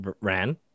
ran